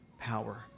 power